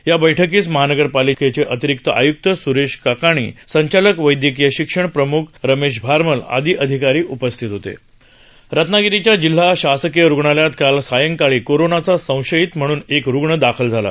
या बैठकीस महानगरपालिकघ्र अतिरिक्त आयुक्त स्रश्व काकाणी संचालक वैद्यकीय शिक्षण प्रम्ख रमश्व भारमल आदी अधिकारी उपस्थित होत रत्नागिरीच्या जिल्हा शासकीय रुग्णालयात काल सायंकाळी कोरोनाचा संशयित म्हणून एक रुग्ण दाखल झाला